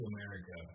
America